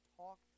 talk